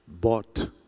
bought